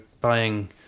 buying